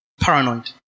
paranoid